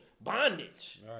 bondage